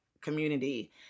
community